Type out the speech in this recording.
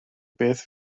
beth